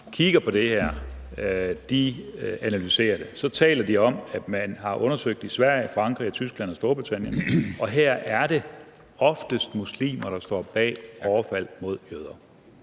kigger på det her, analyserer det, taler de om, at man har undersøgt det i Sverige, Frankrig, Tyskland og Storbritannien, og her er det oftest muslimer, der står bag overfald mod jøder.